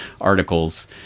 articles